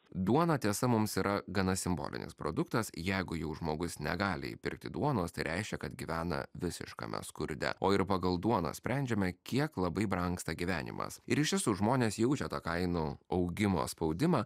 duona tiesa mums yra gana simbolinis produktas jeigu jau žmogus negali įpirkti duonos tai reiškia kad gyvena visiškame skurde o ir pagal duoną sprendžiama kiek labai brangsta gyvenimas ir iš tiesų žmonės jaučia tą kainų augimo spaudimą